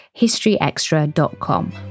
historyextra.com